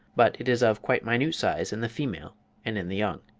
but it is of quite minute size in the female and in the young.